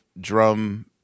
drum